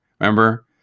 Remember